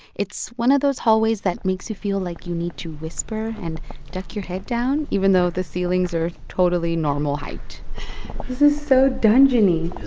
it's one of those hallways that makes you feel like you need to whisper and duck your head down even though the ceilings are totally normal height. this is so dungeon-y